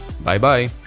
bye-bye